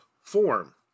form